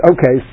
Okay